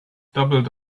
doubled